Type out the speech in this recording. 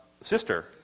sister